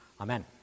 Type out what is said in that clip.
Amen